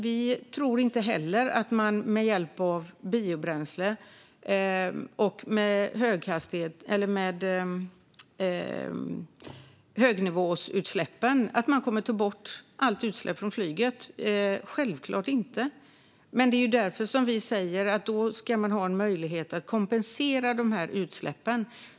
Vi tror inte heller att man med hjälp av biobränsle eller högnivåutsläpp kommer att ta bort alla utsläpp från flyget - självklart inte - men det är därför vi säger att det ska vara möjligt att kompensera för utsläppen.